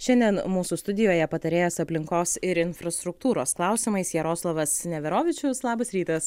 šiandien mūsų studijoje patarėjas aplinkos ir infrastruktūros klausimais jaroslavas neverovičius labas rytas